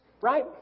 right